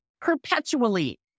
Perpetually